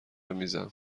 میزم